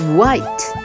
white